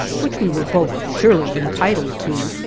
which we were both surely entitled to,